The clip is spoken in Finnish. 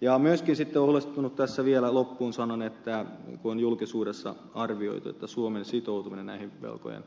ja myöskin olen huolestunut siitä tässä vielä loppuun sanon että on julkisuudessa arvioitu että suomen sitoutuminen näiden velkojen